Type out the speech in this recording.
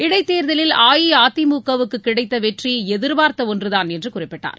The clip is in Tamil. இடைத்தேர்தலில் அஇஅதிமுகவுக்கு கிடைத்த வெற்றி எதிர்பார்த்த ஒன்றுதான் என்று குறிப்பிட்டார்